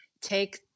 take